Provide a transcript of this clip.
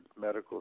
Medical